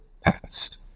past